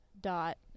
dot